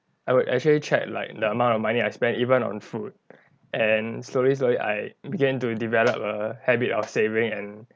I would actually track like the amount of money I spend even on food and slowly slowly I began to develop a habit of saving and